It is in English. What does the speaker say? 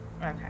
Okay